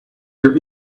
your